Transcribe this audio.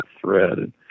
thread